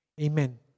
Amen